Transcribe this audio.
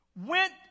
went